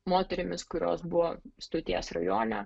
moterimis kurios buvo stoties rajone